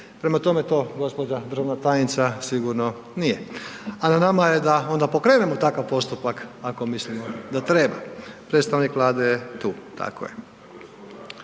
Prema tome to gospođa državna tajnica sigurno nije, a na nama je da onda pokrenemo takav postupak ako mislimo da treba. Predstavnik Vlade je tu, tako je.